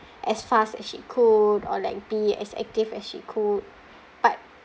as fast as she could or like be as active as she could but